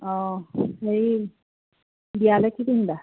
অঁ হেৰি বিয়ালৈ কি পিন্ধিবা